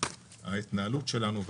ההתנהלות שלנו,